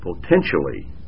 potentially